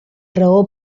raó